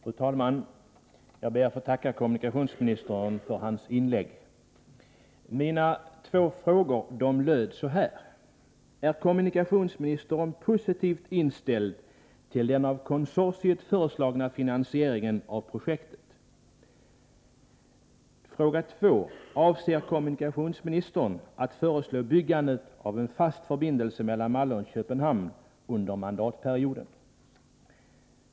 Fru talman! Jag ber att få tacka kommunikationsministern för hans inlägg. Mina två frågor löd: 1. Är kommunikationsministern positivt inställd till den av konsortiet föreslagna finansieringen av projektet? 2. Avser kommunikationsministern att föreslå byggandet av en fast förbindelse mellan Malmö och Köpenhamn under mandatperioden?